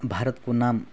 भारतको नाम